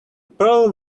pearl